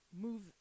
move